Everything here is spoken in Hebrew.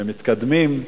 ומתקדמים.